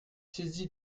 saisi